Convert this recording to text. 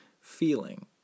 feeling